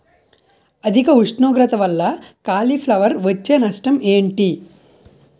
అధిక ఉష్ణోగ్రత వల్ల కాలీఫ్లవర్ వచ్చే నష్టం ఏంటి?